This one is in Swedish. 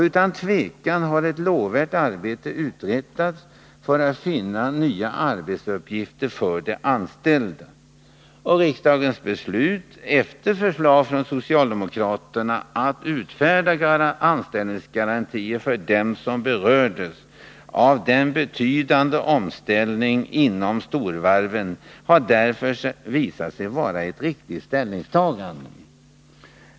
Utan tvivel har ett lovvärt arbete uträttats för att finna nya arbetsuppgifter för de anställda. Riksdagens beslut, efter förslag från socialdemokraterna, att utfärda anställningsgarantier för dem som berördes av den betydande omställningen inom storvarven har därför visat sig vara ett riktigt ställningstagande.